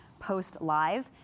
#PostLive